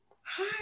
Hi